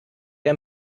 der